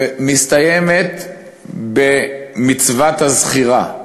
ומסתיימת במצוות הזכירה,